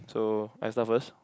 so I start first